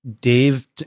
Dave